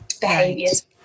behaviors